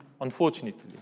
unfortunately